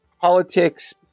politics